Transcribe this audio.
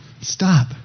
stop